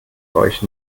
euch